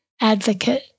advocate